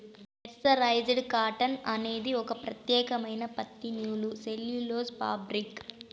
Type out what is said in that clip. mercerised cotton అనేది ఒక ప్రత్యేకమైన పత్తి నూలు సెల్యులోజ్ ఫాబ్రిక్